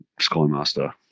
Skymaster